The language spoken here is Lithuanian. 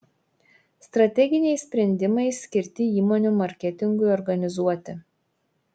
strateginiai sprendimai skirti įmonių marketingui organizuoti